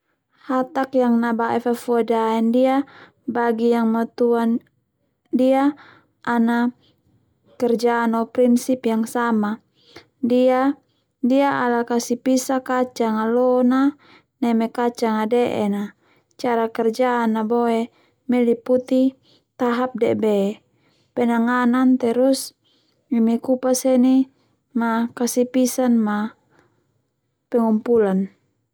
Hatak yang nabae fafua dae ndia bagi yang manual ndia ana kerja no prinsip yang sama, ndia ndia ala kasi pisah kacang a lon a neme kacang a de'en a cara kerja na Boe meliputi tahap debe penanganan terus ini kupas henin ma kasi pisahan ma pengumpulan.